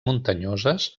muntanyoses